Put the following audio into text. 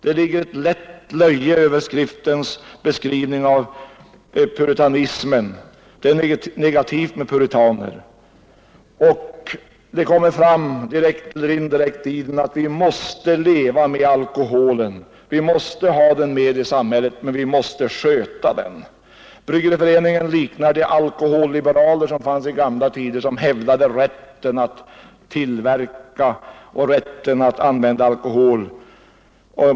Det ligger ett lätt löje över skriftens beskrivning av puritanismen — det är negativt med puritaner. Och det kommer fram, direkt eller indirekt, i skriften att vi måste leva med alkoholen, vi måste ha den med i samhället men vi måste ”sköta” den. Bryggareföreningen liknar de alkoholliberaler som fanns i gamla tider och som hävdade rätten att tillverka och använda alkohol.